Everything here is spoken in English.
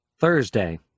Thursday